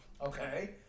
Okay